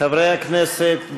חברי הכנסת,